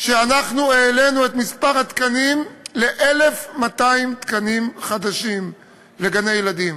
העלינו את מספר התקנים ל-1,200 תקנים חדשים לגני-ילדים.